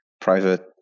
private